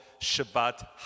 Shabbat